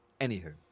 anywho